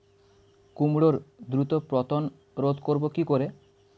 কুমড়োর দ্রুত পতন রোধ করব কি করে?